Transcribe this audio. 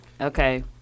Okay